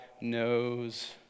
knows